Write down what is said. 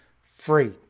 free